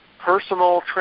Personal